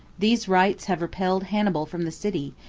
these rites have repelled hannibal from the city,